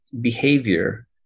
behavior